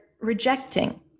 rejecting